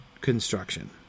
construction